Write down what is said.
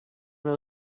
know